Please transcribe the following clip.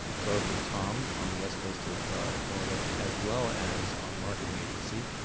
both with tom on the west coast of florida, as well as our marketing agency,